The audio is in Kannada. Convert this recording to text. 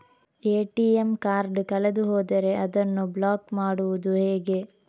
ಎ.ಟಿ.ಎಂ ಕಾರ್ಡ್ ಕಳೆದು ಹೋದರೆ ಅದನ್ನು ಬ್ಲಾಕ್ ಮಾಡುವುದು ಹೇಗೆ?